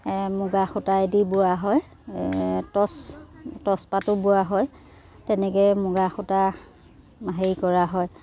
মুগা সূতাইদি বোৱা হয় টচ টচপাতো বোৱা হয় তেনেকৈ মুগা সূতা হেৰি কৰা হয়